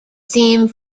theme